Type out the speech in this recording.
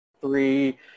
three